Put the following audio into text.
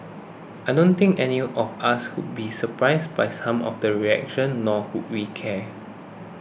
I don't think anyone of us would be surprised by some of the reaction nor would we cared